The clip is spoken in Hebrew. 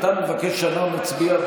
אתה מבקש שאנחנו נצביע,